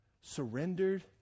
surrendered